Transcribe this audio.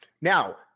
now